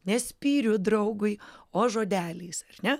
ne spyriu draugui o žodeliais ar ne